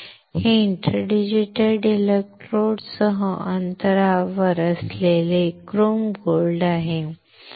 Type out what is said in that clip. हे इंटरडिजिटल इलेक्ट्रोडसह अंतरावर असलेले क्रोम गोल्ड आहे